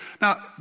Now